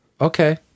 Okay